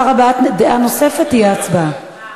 לאחר הבעת דעה נוספת תהיה הצבעה.